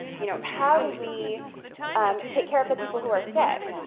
you know, how do we um take care of the people who are sick,